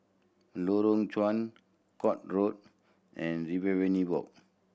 Lorong Chuan Court Road and Riverina Walk